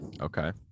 Okay